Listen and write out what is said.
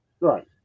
Right